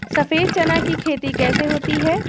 सफेद चना की खेती कैसे होती है?